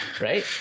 right